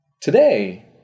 Today